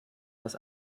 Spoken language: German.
das